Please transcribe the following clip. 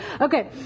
Okay